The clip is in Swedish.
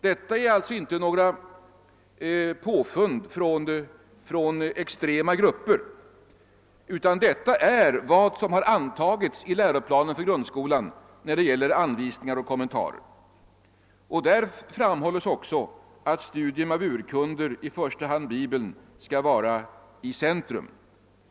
Detta är alltså inte några påfund från extrema grupper, utan detta är vad som har antagits i läroplanen för grundskolan när det gäller anvisningar och kommentarer. Där framhålls också att studium av urkunder, i första hand Bibeln, skall vara i centrum.